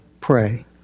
pray